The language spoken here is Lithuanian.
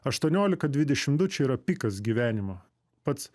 aštuoniolika dvidešim du čia yra pikas gyvenimo pats